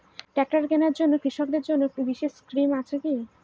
Tractor কেনার জন্য কৃষকদের জন্য বিশেষ স্কিম আছে কি?